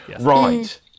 Right